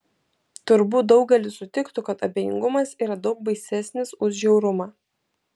turbūt daugelis sutiktų kad abejingumas yra daug baisesnis už žiaurumą